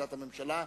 הכרזת הממשלה,